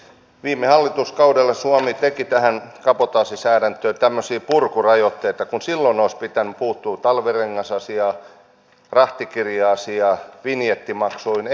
viime hallituskaudella suomi teki tähän kabotaasisäädäntöön tämmöisiä purkurajoitteita kun silloin olisi pitänyt puuttua talvirengasasiaan rahtikirja asiaan vinjettimaksuihin